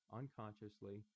Unconsciously